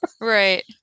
Right